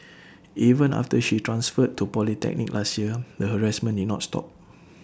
even after she transferred to polytechnic last year the harassment did not stop